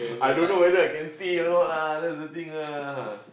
I don't know whether I can say or not lah that's the thing lah